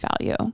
value